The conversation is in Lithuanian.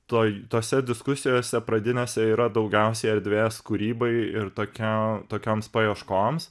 toj tose diskusijose pradinėse yra daugiausiai erdvės kūrybai ir tokiam tokioms paieškoms